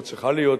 או צריכה להיות לי,